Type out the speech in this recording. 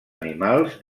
animals